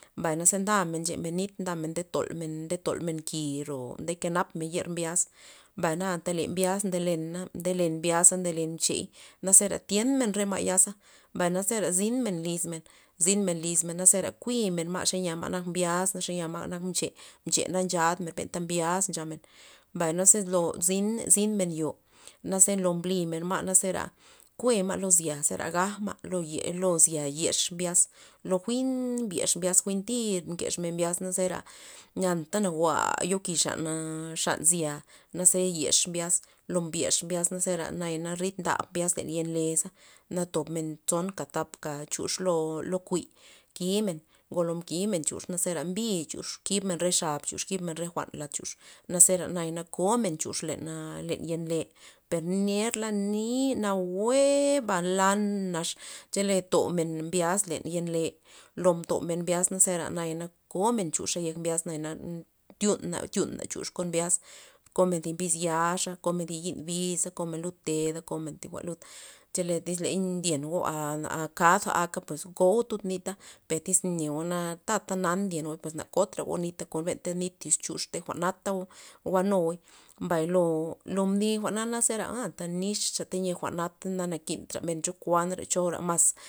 Mbay na ze ndamen nchemen nir ndamen nde tolmen- nde tolmen ki'ro nde kenap men yer mbyaz, mbay na ante le mbyaz nde, nde len mchey nazara tyen men re ma'yaza mbay naze zera zynmen lizmen zynmen lizmen za zera kui men ma' xe nya ma' xe ma' mbyaz xe ma' nak mche, mche na nchadmen benta mbyaz nchamen mbay naze lo zyn- zynmen yo naze lo mblimen ma' nazera kue ma' lo zi'a za zera gajma' lo zi'a yexma' mbyaz, lo jwi'n mbyex mbyaz jwi'n tir mbyex mbyaz zera anta na jwa'y yo ki' xan xan zi'a ze yex mbyaz lo mbyex mbyaz zera na rid ndab mbyaz len yen le na tobmen tsonka tapka chux lo lo kuy mkimen, ngolo mkimen chux zera mbi chux kibmen re xap chux kibmen re jwa'n lad chux naze nera naya komenn- chux len a len yenle' per nerla niney nawueba lanax chele tomen mbyaz len yen len lo mtomen mbyaz za zera naya na komen chuxa yek mbyaz na tyuna- tyuna chux kon mbyaz komen thi biz yaxa' komen thi yi'n biz komen tud teda komen thi jwa'n lud chele tyz ley ndyen a kad aka pues komen tud nita pues tyz neo na tata nan ndyenoy na kotra go nita kon benta nit yix chux benta jwa'na jwa'nuoy mbay lo- lo mne jwa'na na zera anta nixa tayia jwa'nata na nakintra men chokuantra chora mas.